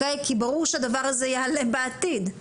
כי ברור שהדבר הזה יעלה בעתיד.